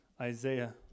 Isaiah